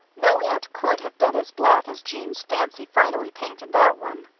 no aunt could have been as black as jeanne's fancy finally painted that one.